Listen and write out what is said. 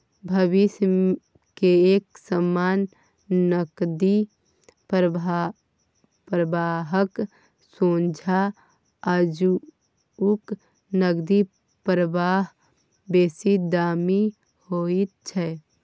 भविष्य के एक समान नकदी प्रवाहक सोंझा आजुक नकदी प्रवाह बेसी दामी होइत छै